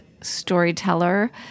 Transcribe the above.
storyteller